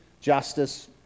justice